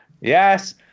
Yes